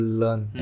learn